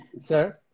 Sir